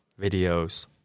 videos